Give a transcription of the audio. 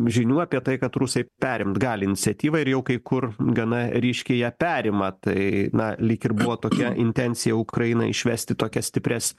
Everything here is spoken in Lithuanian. žinių apie tai kad rusai perimt gali iniciatyvą ir jau kai kur gana ryškiai ją perima tai na lyg ir buvo tokia intencija ukrainą išvest į tokias stiprias